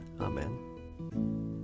Amen